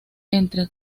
entre